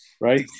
right